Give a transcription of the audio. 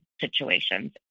situations